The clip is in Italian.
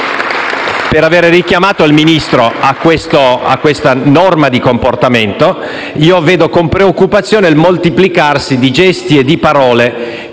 per avere richiamato il Ministro a questa norma di comportamento. Io vedo con preoccupazione il moltiplicarsi di gesti e di parole